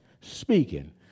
speaking